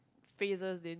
phases didn't